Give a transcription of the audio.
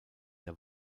der